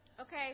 Okay